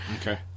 okay